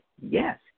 Yes